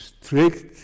strict